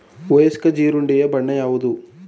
ವಯಸ್ಕ ಜೀರುಂಡೆಯ ಬಣ್ಣ ಯಾವುದು?